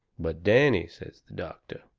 but, danny, says the doctor,